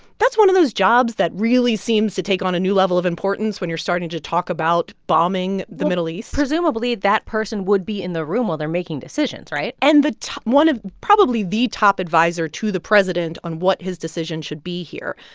that's one of those jobs that really seems to take on a new level of importance when you're starting to talk about bombing the middle east well, presumably, that person would be in the room while they're making decisions, right? and the one of probably the top adviser to the president on what his decision should be here.